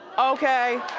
okay?